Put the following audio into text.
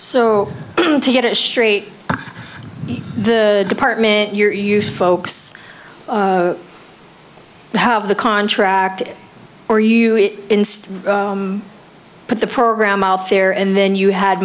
so to get it straight the department you're you folks have the contract or you put the program out there and then you had